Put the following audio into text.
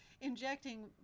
injecting